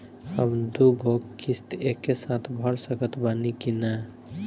हम दु गो किश्त एके साथ भर सकत बानी की ना?